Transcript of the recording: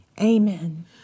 Amen